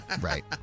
right